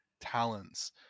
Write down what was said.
talents